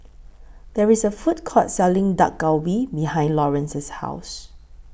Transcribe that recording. There IS A Food Court Selling Dak Galbi behind Laurence's House